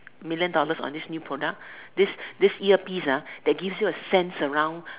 millions dollars on this new product this this earpiece ah that gives you a sense around